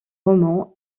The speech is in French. romans